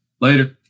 Later